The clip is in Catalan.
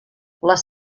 les